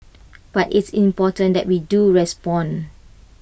but it's important that we do respond